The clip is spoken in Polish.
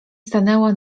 stanęła